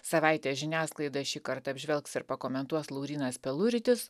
savaitės žiniasklaidą šį kartą apžvelgs ir pakomentuos laurynas peluritis